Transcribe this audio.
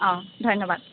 অঁ ধন্যবাদ